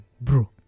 Bro